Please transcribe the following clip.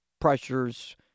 pressures